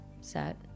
set